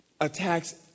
attacks